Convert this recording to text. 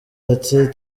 ati